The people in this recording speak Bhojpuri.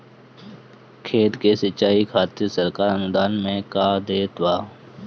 खेत के सिचाई खातिर सरकार अनुदान में का देत बा?